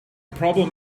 problem